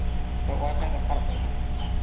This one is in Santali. ᱚᱣᱟᱭᱯᱷᱟᱭ ᱫᱚᱨᱠᱟᱨᱚᱜ ᱠᱟᱱᱟ ᱦᱟᱸᱜ